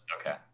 Okay